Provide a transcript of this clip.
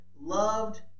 loved